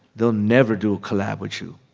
they'll never do a collab with you.